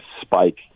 spike